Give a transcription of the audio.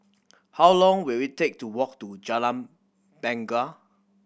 how long will it take to walk to Jalan Bungar